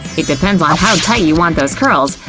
it depends on how tight you want those curls,